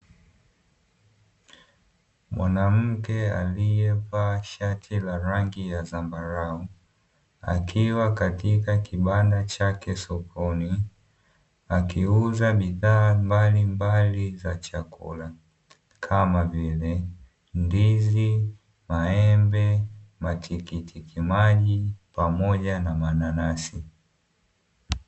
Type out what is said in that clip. Mwanamke aliyevaa shati la rangi ya zambarau, akiwa katika kibanda chake sokoni akiuza bidhaa mbalimbali za chakula kama vile ndizi, maembe ,matikitiki maji ,pamoja na mananasi.